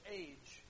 age